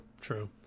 true